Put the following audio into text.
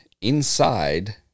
inside